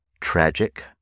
tragic